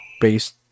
based